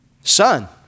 Son